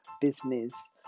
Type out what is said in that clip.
business